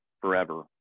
forever